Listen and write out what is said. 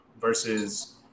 versus